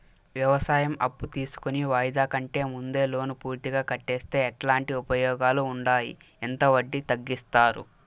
వ్యవసాయం అప్పు తీసుకొని వాయిదా కంటే ముందే లోను పూర్తిగా కట్టేస్తే ఎట్లాంటి ఉపయోగాలు ఉండాయి? ఎంత వడ్డీ తగ్గిస్తారు?